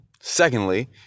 Secondly